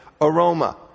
aroma